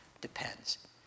depends